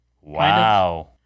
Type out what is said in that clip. Wow